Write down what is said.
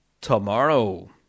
tomorrow